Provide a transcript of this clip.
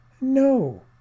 No